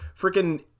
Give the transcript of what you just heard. freaking